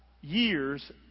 years